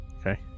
Okay